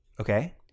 Okay